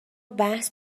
بحث